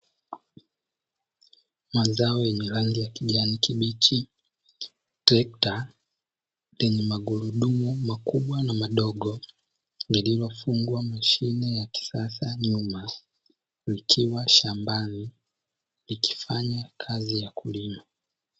Mazao yenye rangi ya kijani kibichi, trekta lenye magurudumu makubwa na madogo, lililofungwa mashine ya kisasa nyuma, likiwa shambani likifanya kazi ya kulima.